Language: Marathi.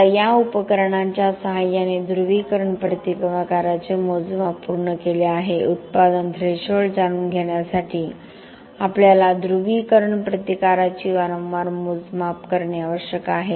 आता आपण या उपकरणांच्या सहाय्याने ध्रुवीकरण प्रतिकाराचे मोजमाप पूर्ण केले आहे उत्पादन थ्रेशोल्ड जाणून घेण्यासाठी आपल्याला ध्रुवीकरण प्रतिकाराची वारंवार मोजमाप करणे आवश्यक आहे